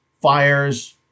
fires